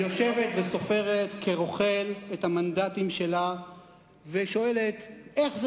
יושבת וסופרת כרוכל את המנדטים שלה ושואלת איך זה